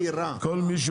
יצאנו